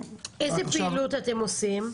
איזה פעילות אתם עושים?